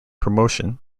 promotion